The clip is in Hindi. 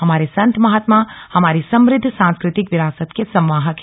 हमारे संत महात्मा हमारी समृद्ध सांस्कृतिक विरासत के संवाहक हैं